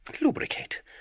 Lubricate